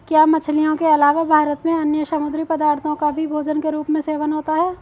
क्या मछलियों के अलावा भारत में अन्य समुद्री पदार्थों का भी भोजन के रूप में सेवन होता है?